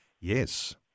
Yes